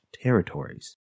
territories